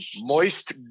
moist